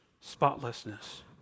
spotlessness